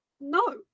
No